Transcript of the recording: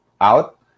out